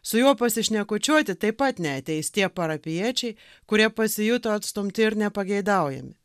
su juo pasišnekučiuoti taip pat neateis tie parapijiečiai kurie pasijuto atstumti ir nepageidaujami